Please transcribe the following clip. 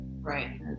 right